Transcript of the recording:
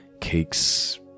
cakes